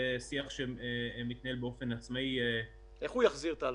זה שיח שמתנהל באופן עצמאי --- איך הוא יחזיר את ההלוואה?